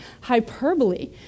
hyperbole